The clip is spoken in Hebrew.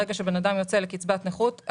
ברגע שבן אדם יוצא לקצבת נכות,